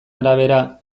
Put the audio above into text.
arabera